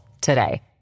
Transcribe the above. today